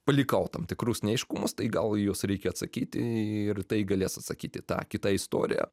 palikau tam tikrus neaiškumus tai gal į juos reikia atsakyti ir tai galės atsakyti ta kita istorija